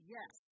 Yes